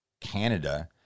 Canada